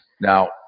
Now